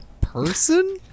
person